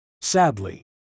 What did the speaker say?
Sadly